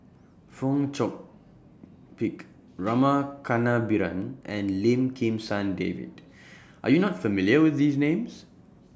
Fong Chong Pik Rama Kannabiran and Lim Kim San David Are YOU not familiar with These Names